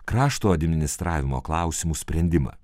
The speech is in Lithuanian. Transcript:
krašto administravimo klausimų sprendimą